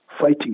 fighting